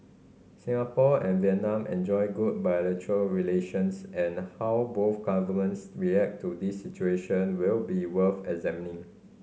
Singapore and Vietnam enjoy good bilateral relations and how both governments react to this situation will be worth examining